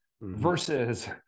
versus